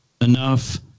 enough